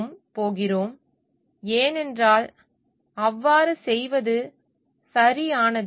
நாம் பின்பற்றப் போகிறோம் ஏனென்றால் அவ்வாறு செய்வது சரியானது